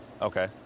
Okay